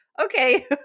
okay